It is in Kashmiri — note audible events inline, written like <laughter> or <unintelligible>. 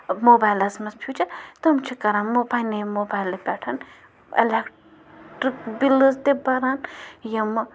موبایلَس منٛز فیوٗچَر تم چھِ کَران <unintelligible> پنٛنی موبایلہٕ پٮ۪ٹھ الَکٹِرٛک بِلٕز تہِ بَران یِم